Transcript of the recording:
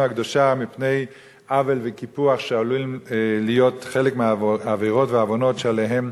הקדושה מפני עוול וקיפוח שעלולים להיות חלק מהעבירות והעוונות שעליהם